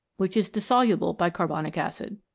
which is dissoluble by carbonic acid.